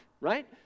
right